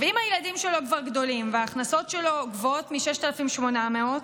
אם הילדים שלו כבר גדולים וההכנסות שלו גבוהות מ-6,800 שקלים,